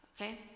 okay